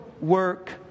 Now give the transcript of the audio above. work